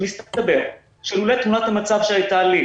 שמסתבר שלולא תמונת המצב שהייתה לי,